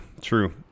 true